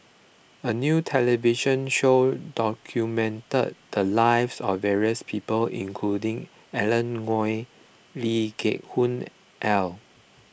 a new television show documented the lives of various people including Alan Oei Lee Geck Hoon Ellen